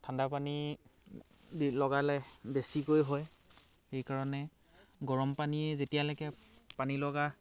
ঠাণ্ডা পানী লগালে বেছিকৈ হয় সেইকাৰণে গৰমপানীয়ে যেতিয়ালৈকে পানীলগা